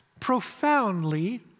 profoundly